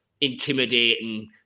intimidating